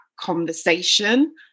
conversation